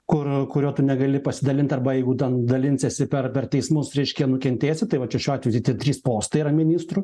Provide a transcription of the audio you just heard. kur kurio tu negali pasidalint arba jeigu ten dalinsiesi per per teismus reiškia nukentėsi tai va čia šiuo atveju tai tie trys postai yra ministrų